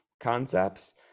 concepts